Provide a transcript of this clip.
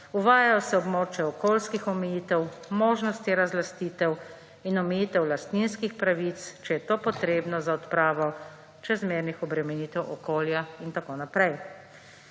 uvajajo se območja okoljskih omejitev, možnosti razlastitev in omejitev lastninskih pravic, če je to potrebno za odpravo čezmernih obremenitev okolja in tako naprej.